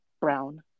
brown